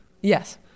Yes